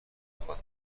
خواد